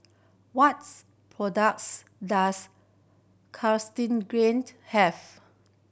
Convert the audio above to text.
what's products does Cartigained have